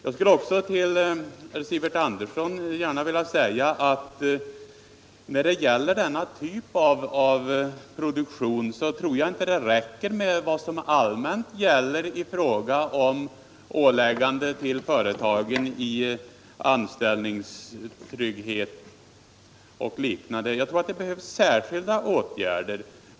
Jag skulle också till herr Sivert Andersson gärna vilja säga att när det gäller denna typ av produktion tror jag inte det räcker med vad som allmänt gäller i fråga om ett åläggande för företagen beträffande anställningstrygghet och liknande förhållanden. Jag tror att det behövs särskilda åtgärder.